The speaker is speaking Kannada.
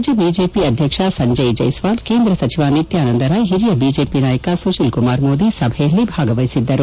ರಾಜ್ಯ ಬಿಜೆಪಿ ಅಧ್ಯಕ್ಷ ಸಂಜಯ್ ಜೈಸ್ವಾಲ್ ಕೇಂದ್ರ ಸಚಿವ ನಿತ್ಯಾನಂದ ರಾಯ್ ಹಿರಿಯ ಬಿಜೆಪಿ ನಾಯಕ ಸುಶಿಲ್ ಕುಮಾರ್ ಮೋದಿ ಸಭೆಯಲ್ಲಿ ಭಾಗವಹಿಸಿದ್ದರು